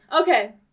Okay